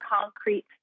concrete